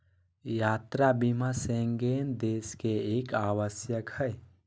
यात्रा बीमा शेंगेन देश ले एक आवश्यक हइ